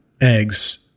eggs